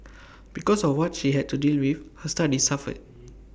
because of what she had to deal with her studies suffered